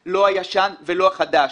לא הישן ולא החדש.